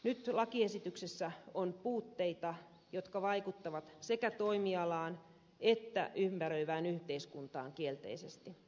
nyt lakiesityksessä on puutteita jotka vaikuttavat sekä toimialaan että ympäröivään yhteiskuntaan kielteisesti